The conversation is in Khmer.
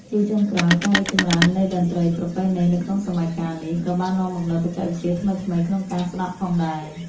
ជាចុងក្រោយ ការរីកចម្រើននៃតន្ត្រីប្រពៃណី នៅក្នុងសម័យកាលនេះ ក៏បាននាំមកនូវបច្ចេកវិទ្យាថ្មីៗក្នុងការស្តាប់ផងដែរ។